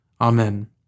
Amen